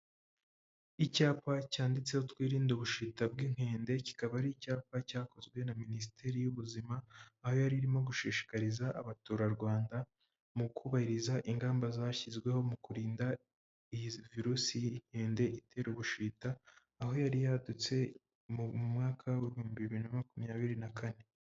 Icyapa cyanditseho twirinde ubushita bw'inkende, kikaba ari icyapa cyakozwe na minisiteri y'ubuzima aho yari irimo gushishikariza abaturarwanda mu kubahiriza ingamba zashyizweho mu kurinda iyi virusi y'inkende itera ubushita, aho yari yadutse mu mwaka w'ibihumbi bibiri na makumyabiri na kane.